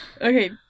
Okay